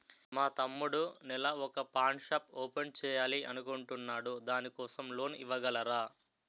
మా తమ్ముడు నెల వొక పాన్ షాప్ ఓపెన్ చేయాలి అనుకుంటునాడు దాని కోసం లోన్ ఇవగలరా?